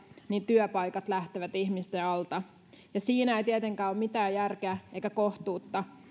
työpaikat lähtevät ihmisten alta siinä ei tietenkään ole mitään järkeä eikä kohtuutta